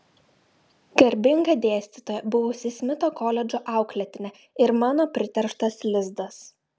garbinga dėstytoja buvusi smito koledžo auklėtinė ir mano priterštas lizdas